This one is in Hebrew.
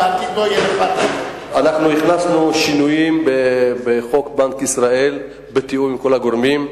אנחנו הכנסנו שינויים בחוק בנק ישראל בתיאום עם כל הגורמים,